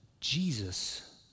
Jesus